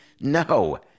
No